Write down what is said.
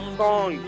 song